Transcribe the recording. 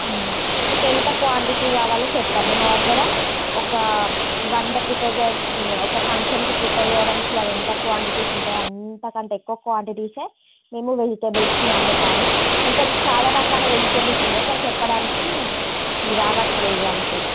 మీకు ఎంత క్వాంటిటీ కావాలో చెప్పండి మా దగ్గర ఒక వంద ప్రిపేర్ ఒక ఫంక్షన్కి ప్రిపేర్ చెయ్యడానికి ఎంత క్వాంటిటీస్ ఉంటాయో అంత కంటే ఎక్కువ క్వాంటిటీస్ మేము వెజిటబుల్స్ని అమ్ముతాము ఇంకా చాలా రకాల వెజిటబుల్స్ ఉన్నాయి కానీ చెప్పడానికి రావట్లేదు అంతే